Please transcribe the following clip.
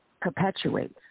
perpetuates